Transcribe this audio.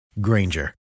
Granger